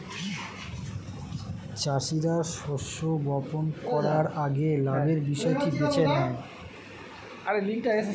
চাষীরা শস্য বপন করার আগে লাভের বিষয়টি বেছে নেয়